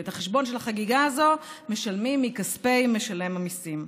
ואת החשבון של החגיגה הזו משלמים מכספי משלם המיסים.